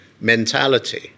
mentality